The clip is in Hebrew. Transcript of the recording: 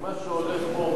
כי מה שהולך פה,